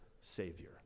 Savior